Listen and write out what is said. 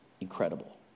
incredible